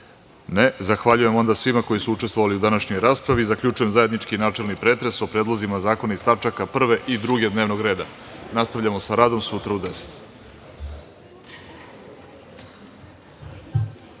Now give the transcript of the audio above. (Ne.)Zahvaljujem svima koji su učestvovali u današnjoj raspravi. Zaključujem zajednički načelni pretres o predlozima zakona iz tačaka 1. i 2. dnevnog reda. Nastavljamo sa radom sutra u 10.00